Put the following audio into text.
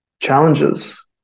challenges